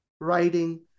Writing